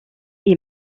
est